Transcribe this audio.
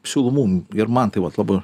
siūlo mum ir man tai vat dabar